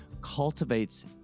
cultivates